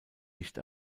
nicht